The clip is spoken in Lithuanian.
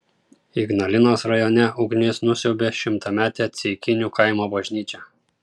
ignalinos rajone ugnis nusiaubė šimtametę ceikinių kaimo bažnyčią